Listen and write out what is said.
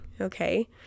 okay